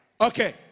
okay